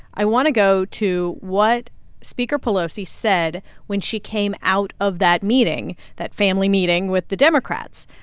i want to go to what speaker pelosi said when she came out of that meeting that family meeting with the democrats.